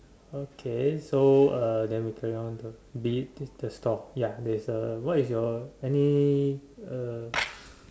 okay so uh then we carry on be the store ya there's a what is your any uh